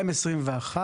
ומשהו.